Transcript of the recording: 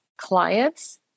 Clients